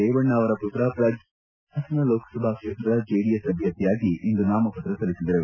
ರೇಮಣ್ಣ ಅವರ ಮತ್ರ ಪ್ರಜ್ವಲ್ ರೇವಣ್ಣ ಹಾಸನ ಲೋಕಸಭಾ ಕ್ಷೇತ್ರದ ಜೆಡಿಎಸ್ ಅಭ್ಯರ್ಥಿಯಾಗಿ ಇಂದು ನಾಮಪತ್ರ ಸಲ್ಲಿಸಿದರು